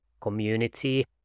community